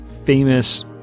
Famous